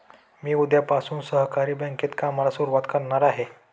मी उद्यापासून सहकारी बँकेत कामाला सुरुवात करणार आहे